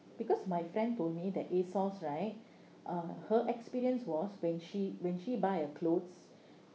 because my friend told me that ASOS right uh her experience was when she when she buy a clothes